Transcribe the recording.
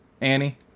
Annie